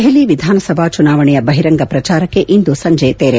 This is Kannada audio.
ದೆಹಲಿ ವಿಧಾನಸಭಾ ಚುನಾವಣೆಯ ಬಹಿರಂಗ ಪ್ರಚಾರಕ್ಷೆ ಇಂದು ಸಂಜೆ ತೆರೆ